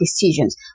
decisions